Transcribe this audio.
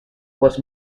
was